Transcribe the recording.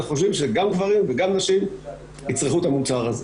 אנחנו חושבים שגם גברים וגם נשים יצרכו את המוצר הזה.